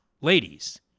ladies